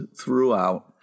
throughout